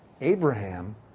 Abraham